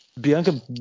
Bianca